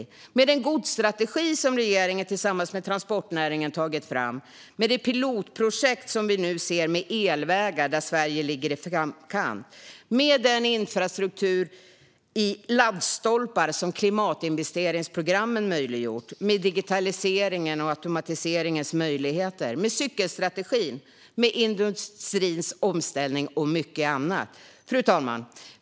Detta ska ske med den godsstrategi som regeringen tillsammans med transportnäringen har tagit fram, med det pilotprojekt som vi nu ser med elvägar där Sverige ligger i framkant, med den infrastruktur i laddstolpar som klimatinvesteringsprogrammen möjliggjort, med digitaliseringens och automatiseringens möjligheter, med cykelstrategin, med industrins omställning och mycket annat. Fru talman!